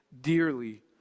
dearly